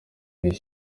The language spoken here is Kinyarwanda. iri